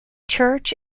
church